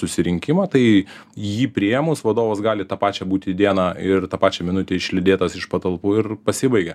susirinkimą tai jį priėmus vadovas gali tą pačią būti dieną ir tą pačią minutę išlydėtas iš patalpų ir pasibaigia